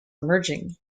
emerging